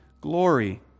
glory